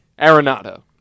Arenado